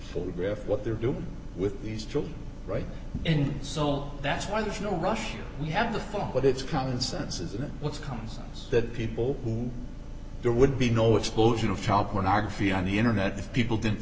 photograph what they're doing with these children right and so on that's why there's no rush we have to for what it's commonsense isn't it what's comes that people who there would be no explosion of child pornography on the internet if people didn't